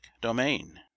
domain